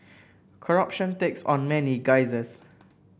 corruption takes on many guises